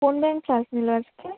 কোন ma'am class নিলো আজকে